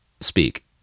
speak